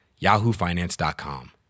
yahoofinance.com